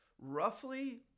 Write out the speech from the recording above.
roughly